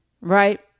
right